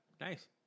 Nice